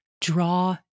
draw